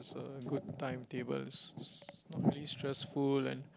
good timetables very stressful